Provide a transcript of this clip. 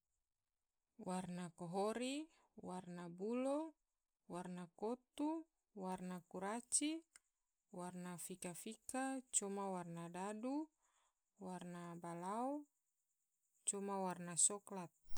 Warna kohori, warna bulo, warna kotu, warna kuraci, warna fika fika, coma warna dadu, warna balao coma warna soklat.